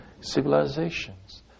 civilizations